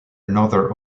another